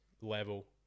level